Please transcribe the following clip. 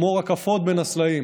"כמו רקפות בין הסלעים"